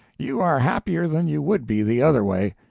you are happier than you would be, the other way.